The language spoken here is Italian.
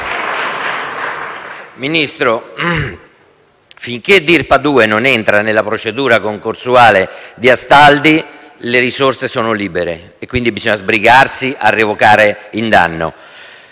Ministro, finché Dirpa 2 non entra nella procedura concorsuale di Astaldi le risorse sono libere, quindi bisogna sbrigarsi a revocare il danno.